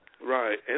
right